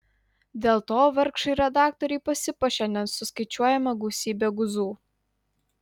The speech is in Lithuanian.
dėl to vargšai redaktoriai pasipuošė nesuskaičiuojama gausybe guzų